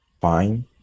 fine